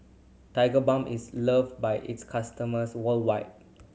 Tigerbalm is loved by its customers worldwide